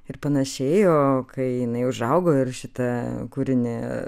ir panašiai o kai jinai užaugo ir šitą kūrinį